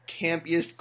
campiest